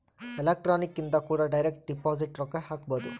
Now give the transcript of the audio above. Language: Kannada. ಎಲೆಕ್ಟ್ರಾನಿಕ್ ಇಂದ ಕೂಡ ಡೈರೆಕ್ಟ್ ಡಿಪೊಸಿಟ್ ರೊಕ್ಕ ಹಾಕ್ಬೊದು